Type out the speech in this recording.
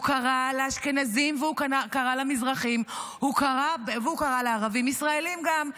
קרא לאשכנזים והוא קרה למזרחים והוא קרה לערבים ישראלים גם,